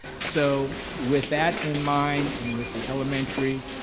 so with that in mind, and with the elementary